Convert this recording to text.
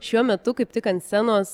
šiuo metu kaip tik ant scenos